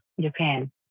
Japan